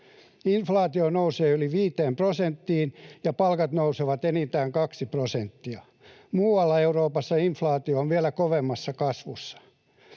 Inflaatio nousee yli viiteen prosenttiin, ja palkat nousevat enintään kaksi prosenttia. Muualla Euroopassa inflaatio on vielä kovemmassa kasvussa.